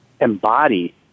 embody